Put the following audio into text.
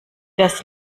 das